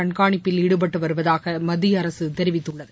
கண்காணிப்பில் ஈடுபட்டு வருவதாக மத்தியஅரசு தெரிவித்துள்ளது